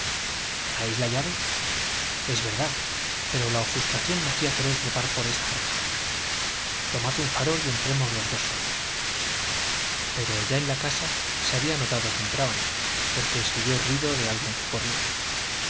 traéis la llave es verdad pero la ofuscación me hacía querer trepar por esa reja tomad un farol y entremos los dos solos pero ya en la casa se había notado que entraban porque se oyó ruido de alguien que corría